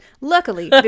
Luckily